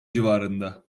civarında